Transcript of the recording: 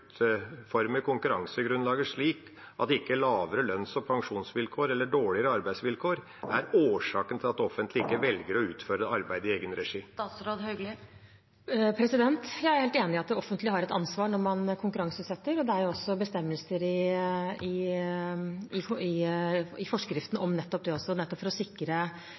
konkurransegrunnlaget slik at ikke lavere lønns- og pensjonsvilkår eller dårligere arbeidsvilkår er årsaken til at det offentlige velger å ikke utføre arbeidet i egen regi? Jeg er helt enig i at det offentlige har et ansvar når man konkurranseutsetter, og det er jo også bestemmelser i forskriften om det, nettopp for å sikre gode arbeidsvilkår for de ansatte. Det